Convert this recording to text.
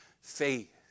faith